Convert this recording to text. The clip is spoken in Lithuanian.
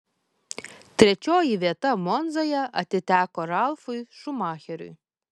trečioji vieta monzoje atiteko ralfui šumacheriui